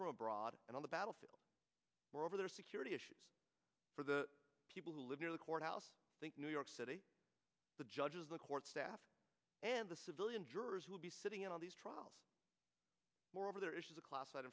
from abroad and on the battlefield were over there are security issues for the people who live near the courthouse think new york city the judges the court staff and the civilian jurors who will be sitting in on these trials moreover there is a classified